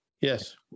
Yes